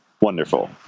wonderful